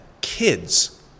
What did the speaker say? kids